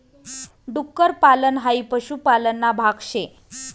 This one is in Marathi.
डुक्कर पालन हाई पशुपालन ना भाग शे